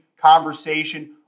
conversation